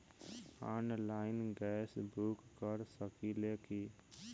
Online gas book कर सकिले की?